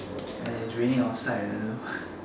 and it's raining outside leh I don't know